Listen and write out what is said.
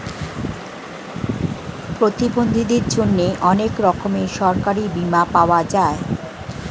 প্রতিবন্ধীদের জন্যে অনেক রকমের সরকারি বীমা পাওয়া যায়